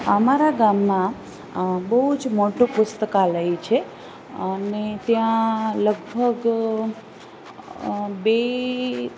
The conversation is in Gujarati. અમારા ગામમાં બહુ જ મોટું પુસ્તકાલય છે અને ત્યાં લગભગ બે